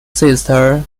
sister